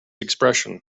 expression